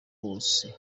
wose